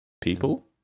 People